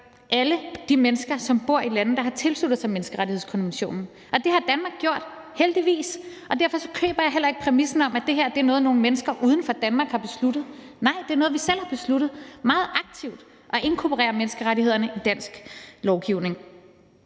alle de mennesker, som bor i lande, der har tilsluttet sig menneskerettighedskonventionen. Det har Danmark gjort, heldigvis, og derfor køber jeg heller ikke præmissen om, at det her er noget, nogle mennesker uden for Danmark har besluttet. Nej, det er noget, vi selv har besluttet meget aktivt, nemlig at inkorporere menneskerettighederne i dansk lovgivning.